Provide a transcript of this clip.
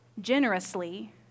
generously